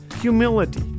Humility